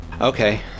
Okay